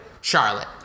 Charlotte